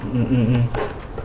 um